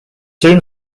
soon